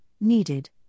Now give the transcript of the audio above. needed